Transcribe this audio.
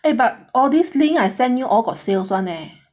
eh but all this link I send you all got sales [one] leh